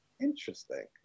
Interesting